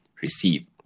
receive